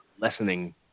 lessening